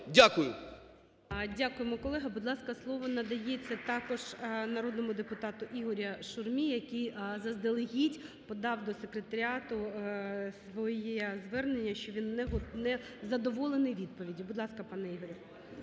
Дякуємо, колего. Будь ласка, слово надається також народному депутату Ігорю Шурмі, який заздалегідь подав до секретаріату своє звернення, що він не задоволений відповіддю. Будь ласка, пане Ігорю.